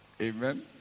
amen